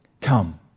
Come